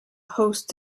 host